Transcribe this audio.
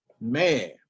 man